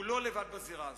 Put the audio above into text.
הוא לא לבד בזירה הזאת.